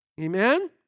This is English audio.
Amen